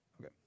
Okay